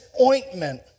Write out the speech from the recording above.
ointment